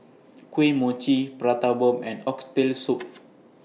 Kuih Mochi Prata Bomb and Oxtail Soup